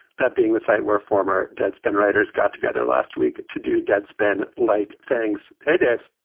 that being the site where a former deadspin writers got together last week to do deadspin like things. hey, jeff.